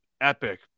epic